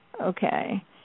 Okay